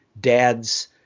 dad's